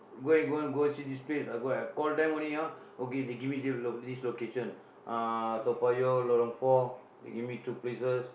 go and go go see this place go call them only ah okay they give me the this location uh Toa-Payoh Lorong four they give me two places